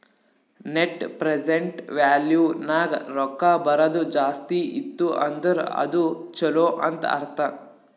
net present value ನಾಗ್ ರೊಕ್ಕಾ ಬರದು ಜಾಸ್ತಿ ಇತ್ತು ಅಂದುರ್ ಅದು ಛಲೋ ಅಂತ್ ಅರ್ಥ